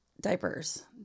diapers